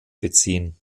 beziehen